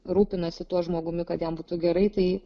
rūpinasi tuo žmogumi kad jam būtų gerai tai